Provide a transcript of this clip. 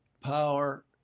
power